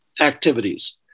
activities